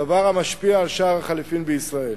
דבר המשפיע על שער החליפין בישראל.